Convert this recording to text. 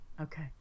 okay